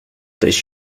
this